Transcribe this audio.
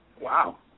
Wow